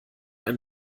ein